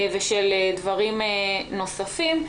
ושל דברים נוספים.